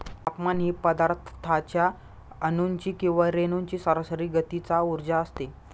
तापमान ही पदार्थाच्या अणूंची किंवा रेणूंची सरासरी गतीचा उर्जा असते